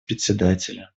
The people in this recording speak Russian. председателя